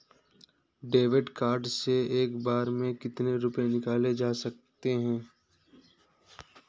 David card से एक बार में कितनी रूपए निकाले जा सकता है?